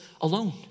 alone